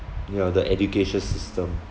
yeah the education system